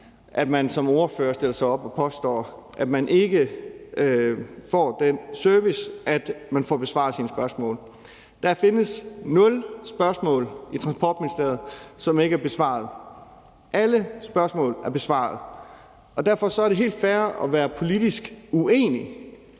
at man som ordfører stiller sig op og påstår, at man ikke får den service, at man får besvaret sine spørgsmål. Der findes nul spørgsmål i Transportministeriet, som ikke er besvaret. Alle spørgsmål er besvaret. Det er helt fair at være politisk uenig